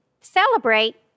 celebrate